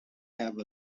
have